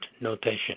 notation